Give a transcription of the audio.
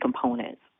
components